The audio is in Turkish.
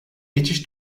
geçiş